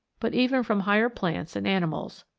but even from higher plants and animals.